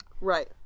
right